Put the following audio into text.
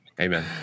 Amen